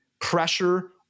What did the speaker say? pressure